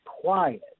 quiet